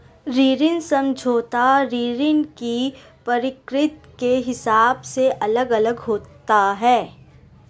ऋण समझौता ऋण की प्रकृति के हिसाब से अलग अलग होता है